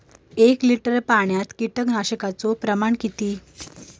एक लिटर पाणयात कीटकनाशकाचो प्रमाण किती?